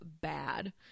bad